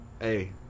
Hey